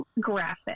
graphic